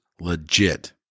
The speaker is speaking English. legit